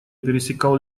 пересекал